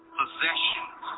possessions